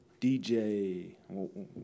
DJ –